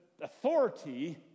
authority